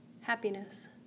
happiness